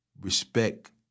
Respect